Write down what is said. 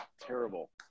Terrible